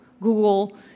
Google